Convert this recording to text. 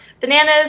bananas